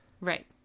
Right